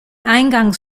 eingangs